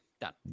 Done